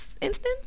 instance